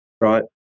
right